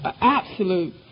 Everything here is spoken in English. absolute